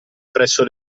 presso